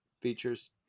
features